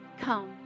come